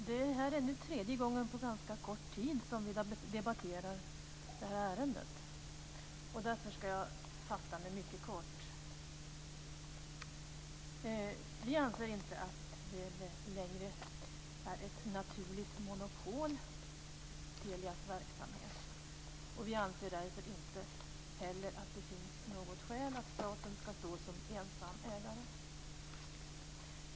Fru talman! Det är nu tredje gången på ganska kort tid som vi debatterar det här ärendet. Därför ska jag fatta mig mycket kort. Vi anser inte att Telias verksamhet längre är ett naturligt monopol. Vi anser därför inte heller att det finns något skäl att staten ska stå som ensam ägare.